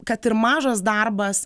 kad ir mažas darbas